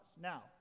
Now